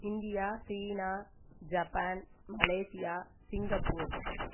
India China Japan Malaysia Singapore